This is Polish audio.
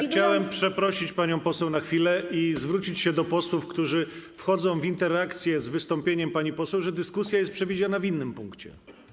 Chciałem przeprosić panią poseł na chwilę i zwrócić się do posłów, którzy wchodzą w interakcję z wystąpieniem pani poseł, że dyskusja jest przewidziana w innym punkcie.